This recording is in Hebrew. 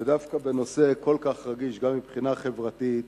ודווקא בנושא כל כך רגיש, גם מבחינה חברתית,